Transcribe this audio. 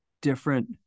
different